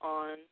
on